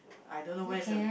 I don't know where is the